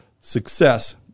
success